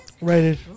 Right